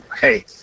hey